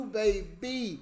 baby